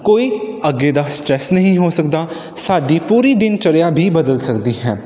ਕੋਈ ਅੱਗੇ ਦਾ ਸਟਰੈਸ ਨਹੀਂ ਹੋ ਸਕਦਾ ਸਾਡੀ ਪੂਰੀ ਦਿਨ ਚਰਿਆ ਵੀ ਬਦਲ ਸਕਦੀ ਹੈ